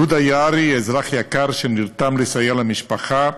יהודה יערי, אזרח יקר שנרתם לסייע למשפחה,